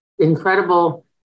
incredible